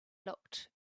looked